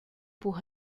pour